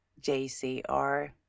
JCR